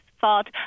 thought